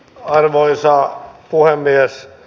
arvoisa puhemies